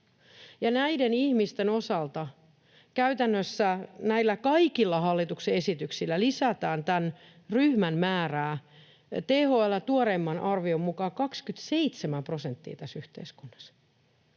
noin 250 000 ja käytännössä näillä kaikilla hallituksen esityksillä lisätään tämän ryhmän määrää — THL:n tuoreimman arvion mukaan 27 prosenttia — tässä yhteiskunnassa.